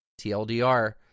TLDR